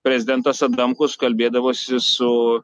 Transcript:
prezidentas adamkus kalbėdavosi su